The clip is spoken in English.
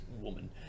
woman